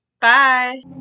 Bye